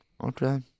Okay